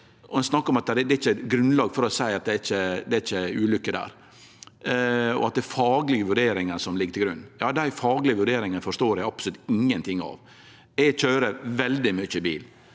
at det ikkje er grunnlag for å seie at det er ulykker der, og at det er faglege vurderingar som ligg til grunn. Dei faglege vurderingane forstår eg absolutt ingenting av. Eg køyrer veldig mykje bil.